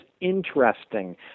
interesting